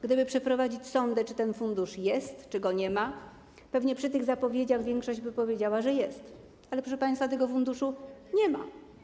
Gdyby przeprowadzić sondę, czy ten fundusz jest, czy go nie ma, to pewnie w przypadku zapowiedzi większość by powiedziała, że jest, ale proszę państwa, tego funduszu nie ma.